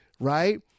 Right